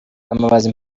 bamubaza